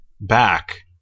back